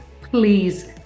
please